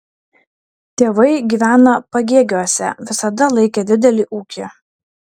tėvai gyvena pagėgiuose visada laikė didelį ūkį